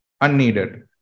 unneeded